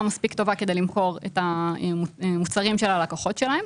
מספיק טובה כדי למכור את המוצרים שלה ללקוחות שלהם.